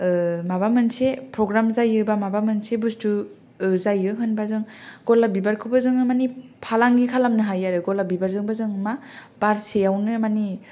माबा मोनसे प्रग्राम जायोबा माबा मोनसे बसथु जायो होनबा जों गलाब बिबारखौबो जोङो मानि फालांगि खालामनो हायो आरो गलाब बिबारजोंबो जों मा बारसेयावनो मानि